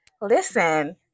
Listen